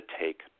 take